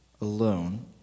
alone